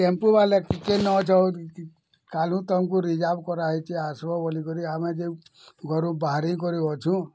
ଟେମ୍ପୁବାଲା ଟିକେ ନ ଯାଉରି କାଲହୁଁ ତମକୁ ରିଜର୍ଭ୍ କରାହେଇଛି ଆସିବ ବୋଲିକରି ଆମେ ଯେଉଁ ଘରୁ ବାହାରି କରି ଅଛୁଁ